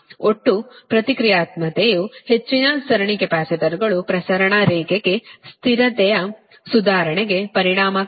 ಒಟ್ಟು ಪ್ರತಿಕ್ರಿಯಾತ್ಮಕತೆಯು ಹೆಚ್ಚಿನ ಸರಣಿ ಕೆಪಾಸಿಟರ್ಗಳು ಪ್ರಸರಣ ರೇಖೆಗೆ ಸ್ಥಿರತೆಯ ಸುಧಾರಣೆಗೆ ಪರಿಣಾಮಕಾರಿ